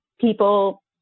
people